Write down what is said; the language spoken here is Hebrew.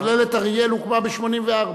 מכללת אריאל הוקמה ב-1984.